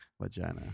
Vagina